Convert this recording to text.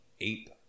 ape